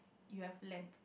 you have learn